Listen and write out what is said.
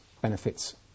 benefits